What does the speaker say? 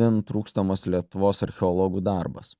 nenutrūkstamas lietuvos archeologų darbas